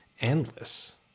endless